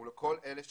ולכל אלה שבדרך,